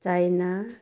China